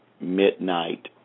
midnight